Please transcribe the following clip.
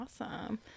awesome